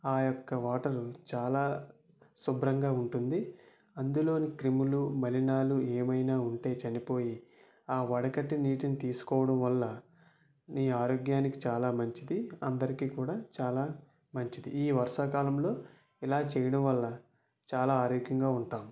ఆ యొక్క వాటర్ చాలా శుభ్రంగా ఉంటుంది అందులోని క్రిములు మలినాలు ఏమైనా ఉంటే చనిపోయి ఆ వడగట్టే నీటిని తీసుకోవడం వల్ల నీ ఆరోగ్యానికి చాలా మంచిది అందరికి కూడా చాలా మంచిది ఈ వర్షాకాలంలో ఇలా చేయడం వల్ల చాలా ఆరోగ్యంగా ఉంటాం